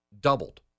doubled